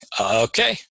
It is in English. Okay